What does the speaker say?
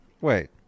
Wait